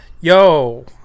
yo –